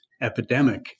epidemic